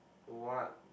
what